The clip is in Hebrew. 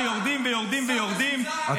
שיורדים ויורדים ויורדים,